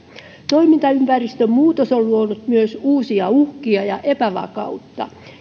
toimintaympäristön muutos on luonut myös uusia uhkia ja epävakautta